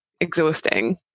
exhausting